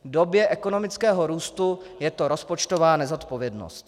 V době ekonomického růstu je to rozpočtová nezodpovědnost.